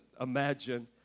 imagine